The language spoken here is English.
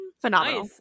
phenomenal